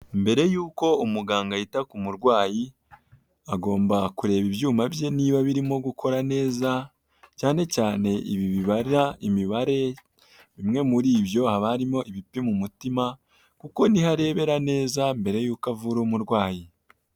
Mbere y'uko umuganga yita ku murwayi, agomba kureba ibyuma bye niba birimo gukora neza cyane cyane ibi bibara imibare. Bimwe muri ibyo haba harimo ibipima umutima, kuko niho arebera neza mbere y'uko avura umurwayi.